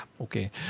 okay